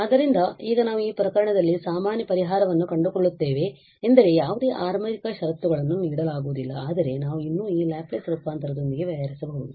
ಆದ್ದರಿಂದ ಈಗ ನಾವು ಈ ಪ್ರಕರಣದಲ್ಲಿ ಸಾಮಾನ್ಯ ಪರಿಹಾರವನ್ನು ಕಂಡುಕೊಳ್ಳುತ್ತೇವೆ ಎಂದರೆ ಯಾವುದೇ ಆರಂಭಿಕ ಷರತ್ತುಗಳನ್ನು ನೀಡಲಾಗುವುದಿಲ್ಲ ಆದರೆ ನಾವು ಇನ್ನೂ ಈ ಲ್ಯಾಪ್ಲೇಸ್ ರೂಪಾಂತರದೊಂದಿಗೆ ವ್ಯವಹರಿಸಬಹುದು